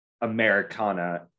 Americana